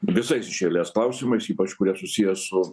visais iš eilės klausimais ypač kurie susiję su